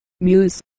Muse